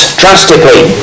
drastically